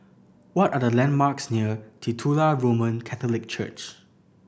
what are the landmarks near Titular Roman Catholic Church